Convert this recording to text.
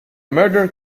murder